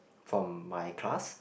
from my class